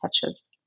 touches